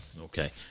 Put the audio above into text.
Okay